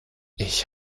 ich